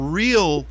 real